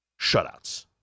shutouts